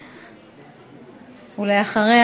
ואחריה,